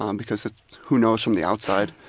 um because ah who knows from the outside,